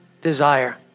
desire